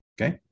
Okay